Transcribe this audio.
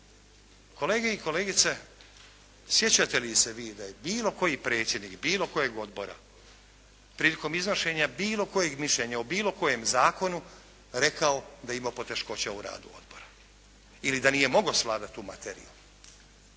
Kolege i kolegice, sjećate li se vi, da je bilo koji predsjednik bilo kojeg odbora prilikom iznošenja bilo kojeg mišljenja o bilo kojem zakonu da je imao poteškoća u radu odbora ili da nije mogao svladati tu materiju.